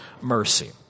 mercy